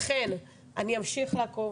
אני אמשיך לעקוב